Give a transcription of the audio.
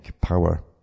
power